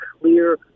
clear